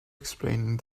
explaining